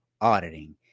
auditing